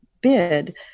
bid